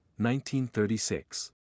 1936